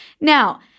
Now